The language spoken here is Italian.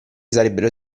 sarebbero